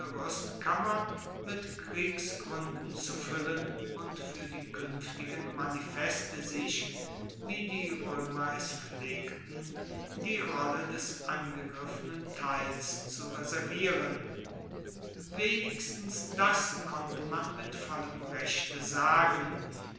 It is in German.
ruestkammer mit kriegsgruenden zu fuellen und fuer die kuenftigen manifeste sich wie die roemer es pflegten die rolle des angegriffenen teils zu reservieren wenigstens das konnte man mit vollem rechte sagen